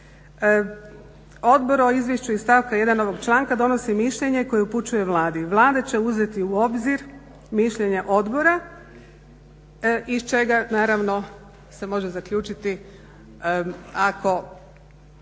Odbor o izvješću iz stavka 1. ovog članka donosi mišljenje koje upućuje Vladi. Vlada će uzeti u obzir mišljenje odbora iz čega naravno se može zaključiti ako